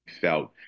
felt